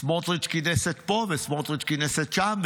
סמוטריץ' כינס את פה וסמוטריץ' כינס את שם,